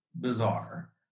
bizarre